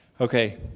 okay